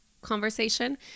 conversation